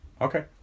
Okay